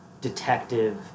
detective